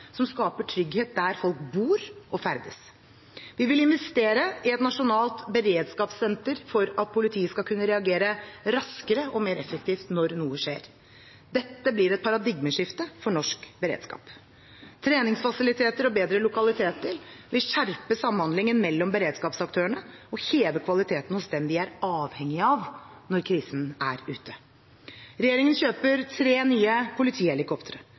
som skaper trygghet der folk bor og ferdes. Vi vil investere i et nasjonalt beredskapssenter for at politiet skal kunne reagere raskere og mer effektivt når noe skjer. Dette blir et paradigmeskifte for norsk beredskap. Treningsfasiliteter og bedre lokaliteter vil skjerpe samhandlingen mellom beredskapsaktørene og heve kvaliteten hos dem vi er avhengige av når krisen er ute. Regjeringen kjøper tre nye politihelikoptre.